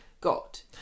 Got